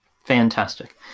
Fantastic